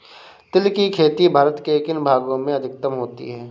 तिल की खेती भारत के किन भागों में अधिकतम होती है?